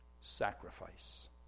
sacrifice